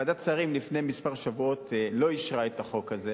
ועדת שרים לפני כמה שבועות לא אישרה את החוק הזה,